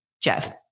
Jeff